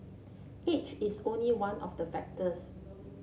age is only one of the factors